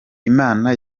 imana